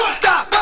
stop